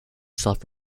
self